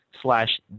slash